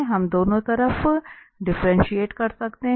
हम दोनों तरफ डिफ्रेंटिएट कर सकते हैं